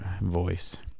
voice